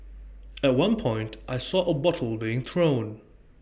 at one point I saw A bottle being thrown